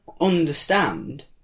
understand